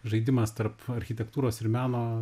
žaidimas tarp architektūros ir meno